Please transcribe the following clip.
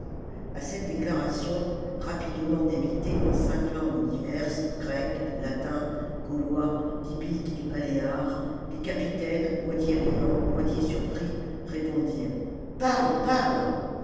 a cette déclaration rapidement débitée en cinq langues diverses grec latin gaulois hbjque et baléare les capitames moitié riant moitié surpris répondirent parle parle